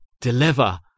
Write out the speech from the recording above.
deliver